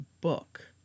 book